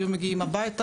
היו מגיעים הביתה,